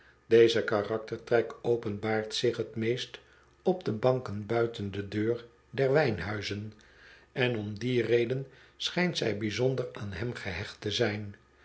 deze karaktertrek openbaart zich t meest op de banken buiten de deur der wijnhuizen en om die reden schijnt zij bijzonder aan hem gehecht te zijn